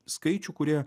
skaičių kurie